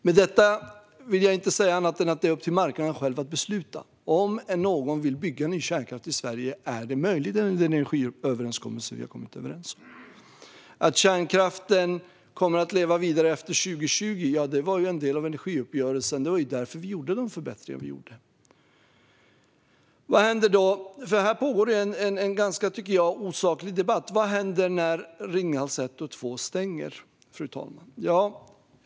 Med detta vill jag inte säga annat än att det är upp till marknaden själv att besluta. Om någon vill bygga ny kärnkraft i Sverige är det möjligt enligt den energiöverenskommelse vi har gjort. Att kärnkraften kommer att leva vidare efter 2020 var en del av energiuppgörelsen. Det var därför vi gjorde de förbättringar som vi gjorde. Här pågår en ganska osaklig debatt, tycker jag. Vad händer när Ringhals 1 och 2 stänger?